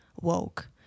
woke